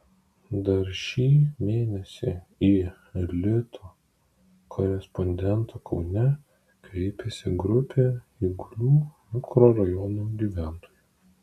dar šį mėnesį į lito korespondentą kaune kreipėsi grupė eigulių mikrorajono gyventojų